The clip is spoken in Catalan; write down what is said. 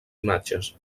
imatges